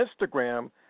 Instagram